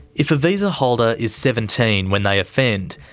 if a visa holder is seventeen when they offend,